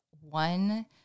one